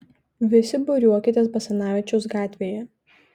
visi būriuokitės basanavičiaus gatvėje